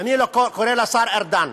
ארדן